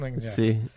See